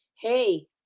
hey